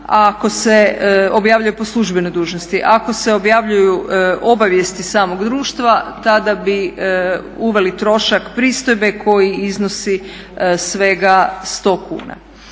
Ako se objavljuju obavijesti samog društva tada bi uveli trošak pristojbe koji iznosi svega 100 kuna.